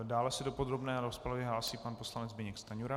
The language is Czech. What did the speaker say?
Dále se do podrobné rozpravy hlásí pan poslanec Zbyněk Stanjura.